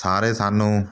ਸਾਰੇ ਸਾਨੂੰ